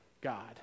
God